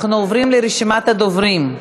אנחנו עוברים לרשימת הדוברים.